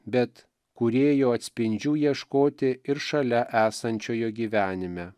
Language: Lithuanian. bet kūrėjo atspindžių ieškoti ir šalia esančiojo gyvenime